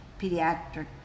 pediatric